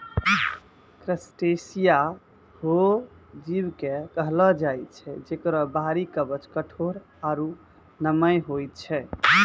crustacea हो जीव कॅ कहलो जाय छै जेकरो बाहरी कवच कठोर आरो नम्य होय छै